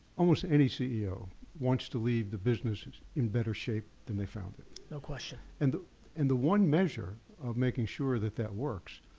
almost any ceo wants to leave the business in better shape than they found it. no question. and and the one measure of making sure that that works,